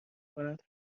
کند